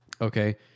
okay